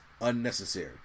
unnecessary